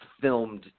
filmed